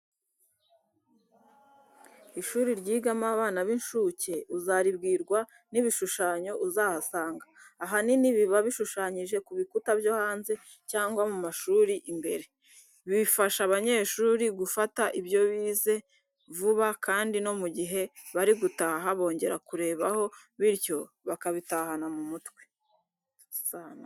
Ishuri ryigamo abana b'incuke, uzaribwirwa n'ibishushanyo uzahasanga, ahanini biba bishushanyije ku bikuta byo hanze cyangwa mu ishuri imbere. Bifasha abanyeshuri gufata ibyo bize vuba kandi no mu gihe bari gutaha bongera kurebaho, bityo bakabitahana mu mutwe.